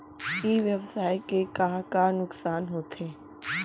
ई व्यवसाय के का का नुक़सान होथे?